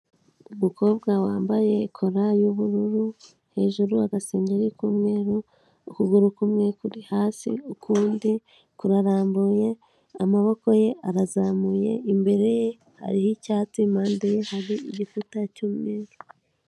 Umukobwa wambaye kola y'ubururu, hejuru agasengeri k'umweru, ukuguru kumwe kuri hasi, ukundi kurarambuye, amaboko ye arazamuye, imbere ye hariho icyatsi, impande ye, hari igikuta icy'umweru.